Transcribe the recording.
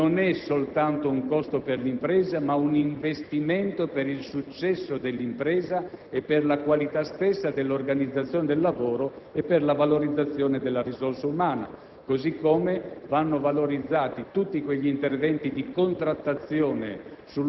Bisogna passare ad una logica nella quale l'investimento in sicurezza non è soltanto un costo per l'impresa, ma una spesa utile al successo dell'impresa, alla qualità stessa dell'organizzazione del lavoro e alla valorizzazione delle risorse umane.